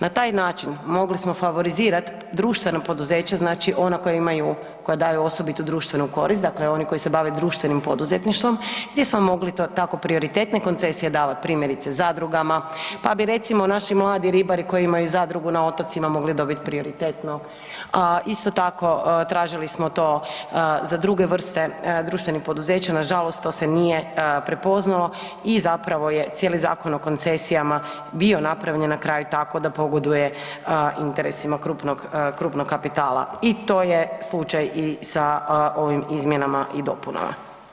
Na taj način mogli smo favorizirati društveno poduzeće znači ono koje imaju koje daju osobitu društvenu korist, dakle oni koji se bave društvenim poduzetništvom gdje smo mogli to tako prioritetne koncesije davat primjerice zadrugama, pa bi recimo naši mladi ribari koji imaju zadrugu na otocima mogli dobiti prioritetno, a isto tako tražili smo to za druge vrste društvenih poduzeća, nažalost to se nije prepoznalo i zapravo je cijeli Zakon o koncesijama bio napravljen na kraju tako da pogoduje interesima krupnog, krupnog kapitala i to je slučaj i sa ovim izmjenama i dopunama.